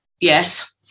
yes